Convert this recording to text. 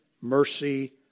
mercy